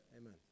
Amen